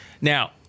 Now